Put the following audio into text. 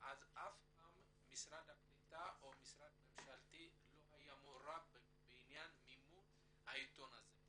אף פעם משרד הקליטה או משרד ממשלתי לא היה מעורב במימון העיתון הזה.